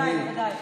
ודאי.